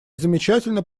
замечательно